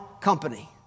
company